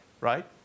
right